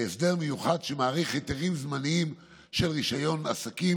הסדר מיוחד שמאריך היתרים זמניים של רישיונות עסקים